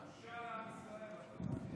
תנסה עשר דקות בלי להגיד את המילה